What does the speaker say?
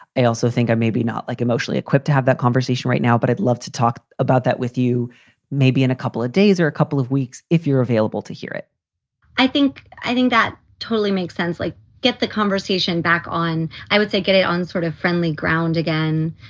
also think i maybe not like emotionally equipped to have that conversation right now, but i'd love to talk about that with you maybe in a couple of days or a couple of weeks if you're available to hear it i think i think that totally makes sense. like get the conversation back on. i would say get it on sort of friendly ground again.